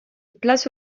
place